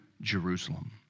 Jerusalem